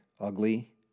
ugly